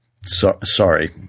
Sorry